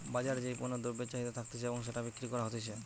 বাজারে যেই পণ্য দ্রব্যের চাহিদা থাকতিছে এবং সেটা বিক্রি করা হতিছে